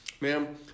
Ma'am